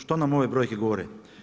Što nam ove brojke govore?